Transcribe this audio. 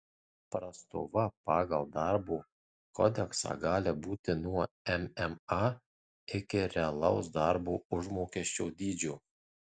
prastova pagal darbo kodeksą gali būti nuo mma iki realaus darbo užmokesčio dydžio